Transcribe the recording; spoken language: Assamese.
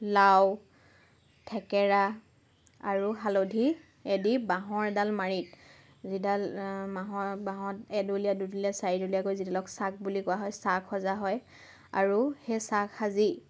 লাও থেকেৰা আৰু হালধিয়েদি বাঁহৰ এডাল মাৰিত যিডাল বাঁহৰ বাঁহত এডলীয়া দুডলিয়া চাৰিডলীয়াকৈ যিডালক চাক বুলি কোৱা হয় চাক সজা হয় আৰু সেই চাক সাজি